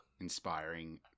inspiring